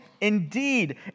indeed